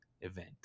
event